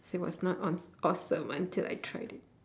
so it was not awe~ awesome until I tried it